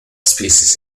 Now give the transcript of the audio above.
species